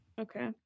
Okay